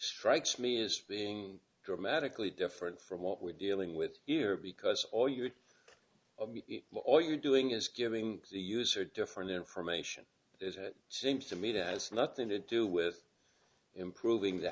strikes me as being dramatically different from what we're dealing with here because all you would be lawyer doing is giving the user different information is it seems to me that as nothing to do with improving the